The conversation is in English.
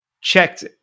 checked